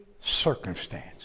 circumstance